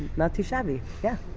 not too shabby. yeah